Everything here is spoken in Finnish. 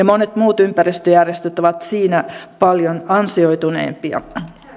monet muut ympäristöjärjestöt ovat siinä paljon ansioituneempia